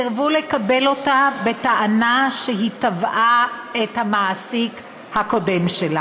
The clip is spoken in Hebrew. סירבו לקבל אותה בטענה שהיא תבעה את המעסיק הקודם שלה.